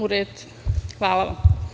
U redu, hvala vam.